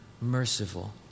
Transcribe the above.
merciful